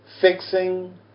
fixing